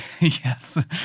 Yes